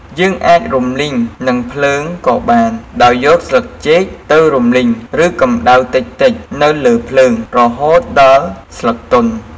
យើងអាចរំលីងនឹងភ្លើងក៏បាន ដោយយកស្លឹកចេកទៅរំលីង ឬកម្តៅតិចៗនៅលើភ្លើងរហូតដល់ស្លឹកទន់។